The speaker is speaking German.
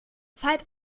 zeit